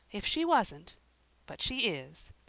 if she wasn't but she is.